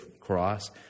cross